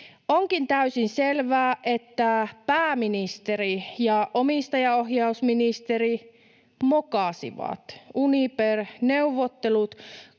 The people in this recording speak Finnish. Onkin täysin selvää, että pääministeri ja omistajaohjausministeri mokasivat Uniper-neuvottelut